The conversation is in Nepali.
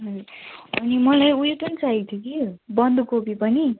हजुर अनि मलाई उयो पनि चाहिएको थियो कि बन्दकोपी पनि